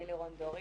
אני לירון דורי,